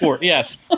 Yes